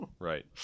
right